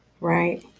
right